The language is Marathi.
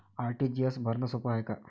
आर.टी.जी.एस भरनं सोप हाय का?